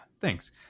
thanks